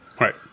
Right